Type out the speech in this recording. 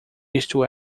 isto